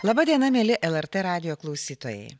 laba diena mieli lrt radijo klausytojai